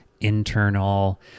internal